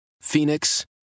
Phoenix